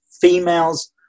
females